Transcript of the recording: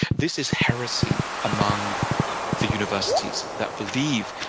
this is heresy among the universities that believe,